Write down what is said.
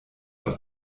aus